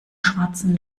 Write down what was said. schwarzen